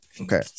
Okay